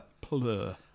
Plur